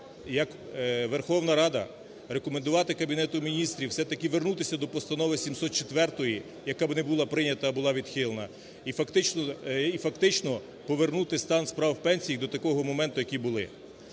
як Верховна Рада рекомендувати Кабінету Міністрів все-таки повернутися до Постанови 704, яка не була прийнята, а була відхилена, і фактично повернути стан справ пенсій до такого моменту, які були.